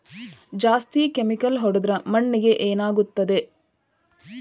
ಜಾಸ್ತಿ ಕೆಮಿಕಲ್ ಹೊಡೆದ್ರ ಮಣ್ಣಿಗೆ ಏನಾಗುತ್ತದೆ?